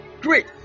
great